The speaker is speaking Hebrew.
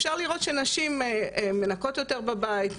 אפשר לראות שנשים מנקות יותר בבית,